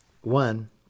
One